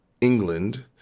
England